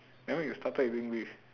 then when you started doing this